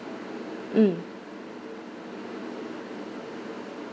mm